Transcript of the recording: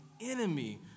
enemy